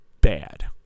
bad